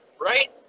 right